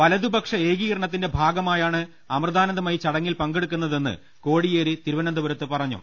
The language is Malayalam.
വലതുപക്ഷ ഏകീകരണത്തിന്റെ ഭാഗമായാണ് അമൃതാനന്ദ മയി ചടങ്ങിൽ പങ്കെടുക്കുന്നതെന്ന് കോടിയേരി തിരുവനന്തപുരത്ത് പറ ഞ്ഞു